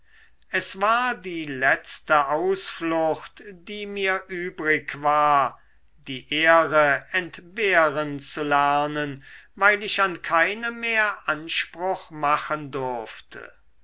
es war die letzte ausflucht die mir übrig war die ehre entbehren zu lernen weil ich an keine mehr anspruch machen durfte